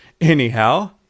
Anyhow